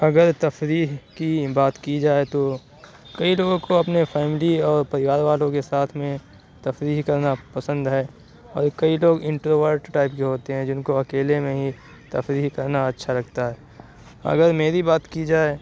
اگر تفریح کی بات کی جائے تو کئی لوگوں کو اپنے فیملی اور پریوار والوں کے ساتھ میں تفریح کرنا پسند ہے اور کئی لوگ انٹروورٹ ٹائپ کے ہوتے ہیں جن کو اکیلے میں ہی تفریح کرنا اچھا لگتا ہے اگر میری بات کی جائے